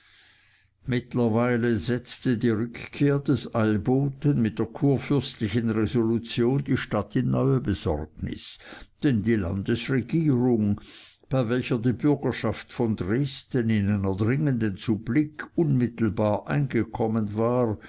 mittlerweile setzte die rückkehr des eilboten mit der kurfürstlichen resolution die stadt in neue besorgnis denn die landesregierung bei welcher die bürgerschaft von dresden in einer dringenden supplik unmittelbar eingekommen war